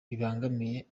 bibangamiye